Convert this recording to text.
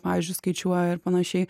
pavyzdžiui skaičiuoja ir panašiai